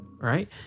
Right